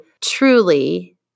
truly